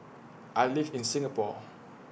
I live in Singapore